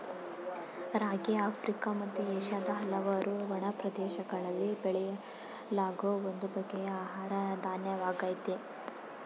ರಾಗಿ Africa ಮತ್ತು ಏಷ್ಯಾದ ಹಲವಾರು ಒಣ ಪ್ರದೇಶಗಳಲ್ಲಿ ಬೆಳೆಯಲಾಗೋ ಒಂದು ಬಗೆಯ ಆಹಾರ ಧಾನ್ಯವಾಗಯ್ತೆ